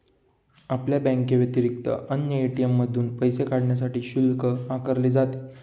आपल्या बँकेव्यतिरिक्त अन्य ए.टी.एम मधून पैसे काढण्यासाठी शुल्क आकारले जाते